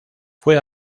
fue